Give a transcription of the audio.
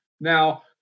Now